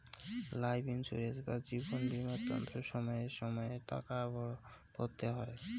life insurance বা জীবন বীমার তন্ন সময়ে সময়ে টাকা ভরতে হই